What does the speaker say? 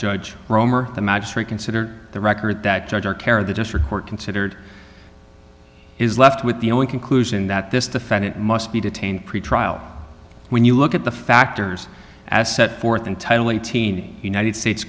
judge roemer the magistrate considered the record that judge or care the district court considered is left with the only conclusion that this defendant must be detained pretrial when you look at the factors as set forth in title eighteen united states